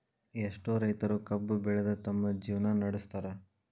ಎಷ್ಟೋ ರೈತರು ಕಬ್ಬು ಬೆಳದ ತಮ್ಮ ಜೇವ್ನಾ ನಡ್ಸತಾರ